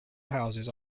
houses